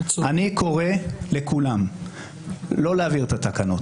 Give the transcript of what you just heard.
אני קורא לכולם לא להעביר את התקנות.